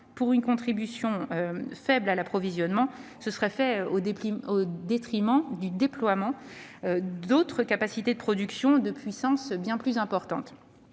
pour une contribution faible à l'approvisionnement, auraient donc été engagées au détriment du déploiement d'autres capacités de production et de puissance bien plus importantes.